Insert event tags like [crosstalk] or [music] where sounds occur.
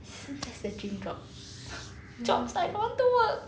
it's just that's the dream job [breath] jobs I don't want to work